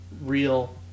real